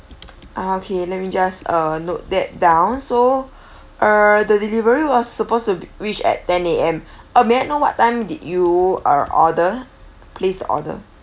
ah okay let me just uh note that down so uh the delivery was supposed to be reach at ten A_M uh may I know what time did you uh order place the order